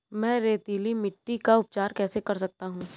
मैं रेतीली मिट्टी का उपचार कैसे कर सकता हूँ?